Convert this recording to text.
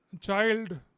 child